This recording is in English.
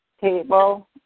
table